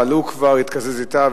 אבל הוא כבר התקזז אתה,